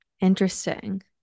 Interesting